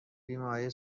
بیماری